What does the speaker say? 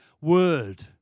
word